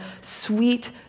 sweet